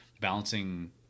balancing